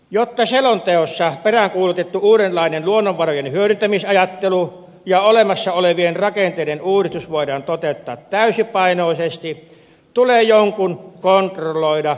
jotta selonteossa peräänkuulutettu uudenlainen luonnonvarojen hyödyntämisajattelu ja olemassa olevien rakenteiden uudistus voidaan toteuttaa täysipainoisesti tulee jonkun kontrolloida koko prosessia